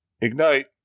ignite